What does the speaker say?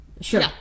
Sure